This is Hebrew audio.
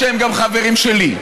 שהם גם חברים שלי,